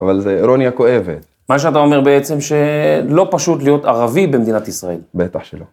‫אבל זה אירוניה כואבת. ‫מה שאתה אומר בעצם, ‫שלא פשוט להיות ערבי במדינת ישראל. ‫-בטח שלא.